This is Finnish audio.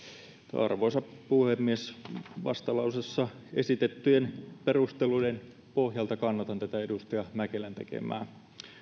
arvoisa puhemies vastalauseessa esitettyjen perusteluiden pohjalta kannatan edustaja mäkelän tekemää